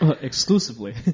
Exclusively